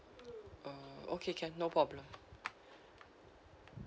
uh okay can no problem